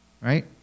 Right